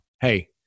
Hey